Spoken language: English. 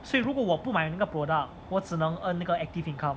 所以如果我不买那个 product 我只能 earn 那个 active income